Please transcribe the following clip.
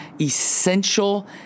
essential